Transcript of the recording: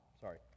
Sorry